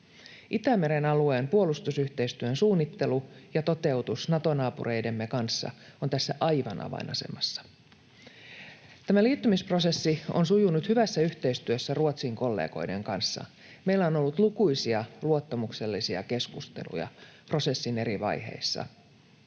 Itämeren alueen puolustusyhteistyön suunnittelu ja toteutus Nato-naapureidemme kanssa on tässä aivan avainasemassa. Tämä liittymisprosessi on sujunut hyvässä yhteistyössä Ruotsin kollegoiden kanssa. Meillä on ollut lukuisia luottamuksellisia keskusteluja prosessin eri vaiheissa.